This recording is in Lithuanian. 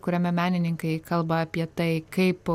kuriame menininkai kalba apie tai kaip